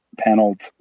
paneled